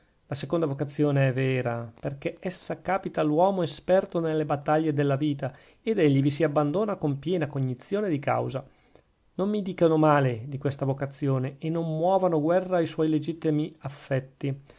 la seconda vocazione è vera perchè essa càpita all'uomo esperto nelle battaglie della vita ed egli vi si abbandona con piena cognizione di causa non mi dicano male di questa vocazione e non muovano guerra a suoi legittimi affetti